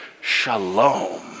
Shalom